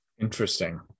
Interesting